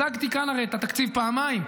הצגתי כאן הרי את התקציב פעמיים,